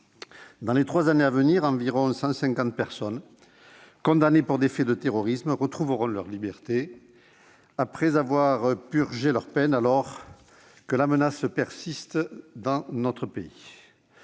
Dans les trois années à venir, environ 150 personnes condamnées pour des faits de terrorisme retrouveront leur liberté, après avoir purgé leur peine, alors que la menace persiste dans notre pays.